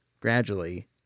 gradually